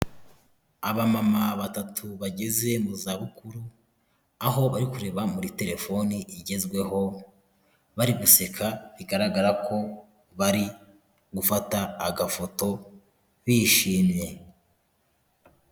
Abamama batatu bageze mu zabukuru, aho bari kureba muri telefone igezweho, bari guseka, bigaragara ko bari gufata agafoto, bishimye.